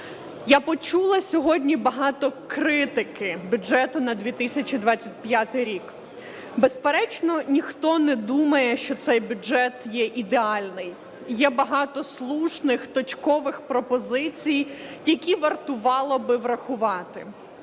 Я почула сьогодні багато критики бюджету на 2025 рік. Безперечно, ніхто не думає, що цей бюджет є ідеальний, є багато слушних, точкових пропозицій, які вартувало б врахувати.